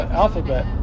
alphabet